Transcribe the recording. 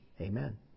Amen